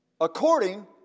according